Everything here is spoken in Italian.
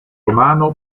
romano